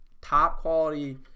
top-quality